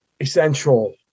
essential